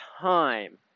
time